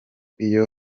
iyo